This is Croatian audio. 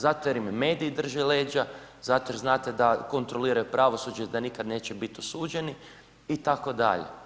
Zato jer im mediji drže leđa zato jer znate da kontroliraju pravosuđe i da nikad neće biti osuđeni itd.